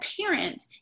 parent